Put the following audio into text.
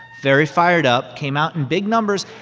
very fired up, came out in big numbers.